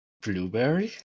Blueberry